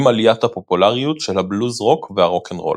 עם עליית הפופולריות של הבלוז-רוק והרוקנרול.